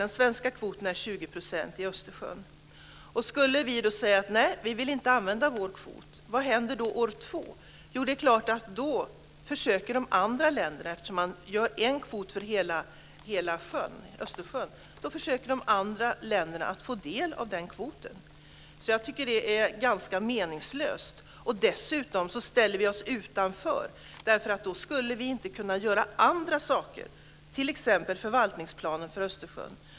Den svenska kvoten i Östersjön är 20 %. Vad händer år 2 om vi skulle avstå från vår kvot? Det är klart att de andra länderna försöker få del av den svenska kvoten. Det är ju en kvot för hela Östersjön. Det skulle vara ganska meningslöst. Dessutom ställer vi oss utanför. Vi skulle t.ex. inte kunna medverka i arbetet med förvaltningsplanen för Östersjön.